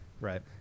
Right